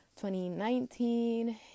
2019